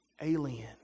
alien